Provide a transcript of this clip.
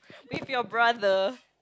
with your brother